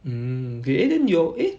mm okay eh then your eh